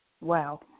Wow